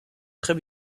très